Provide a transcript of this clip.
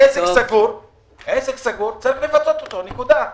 עסק סגור צריך לפצות אותו, נקודה.